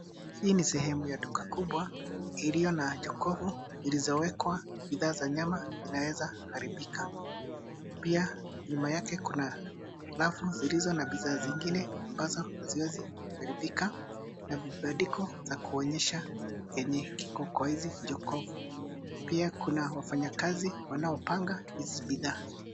Hii ni sehemu ya duka kubwa iliyo na jokovu zilizo wekwa bidhaa za nyama zinazoweza haribik,a pia nyuma yake kuna rafu zilizo na bidhaa zingine ambazo haziwezi haribika na vibandiko za kuonyesha chenye kiko kwa hizi jokovu. Pia kuna wafanya kazi wanao panga hizi bidhaa.